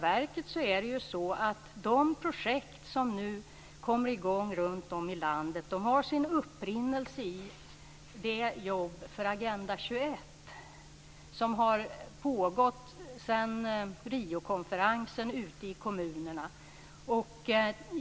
De projekt som nu kommer i gång runt om i landet har sin upprinnelse i det arbete för Agenda 21 som har pågått i kommunerna sedan Riokonferensen.